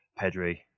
Pedri